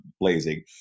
blazing